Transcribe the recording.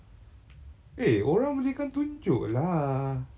eh orang belikan tunjuk lah